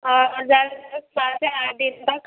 اور زیادہ سے زیادہ آٹھ دِن تک